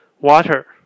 water